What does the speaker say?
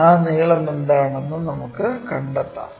ആ നീളമെന്താണെന്ന് നമുക്ക് കണ്ടെത്താം